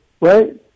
right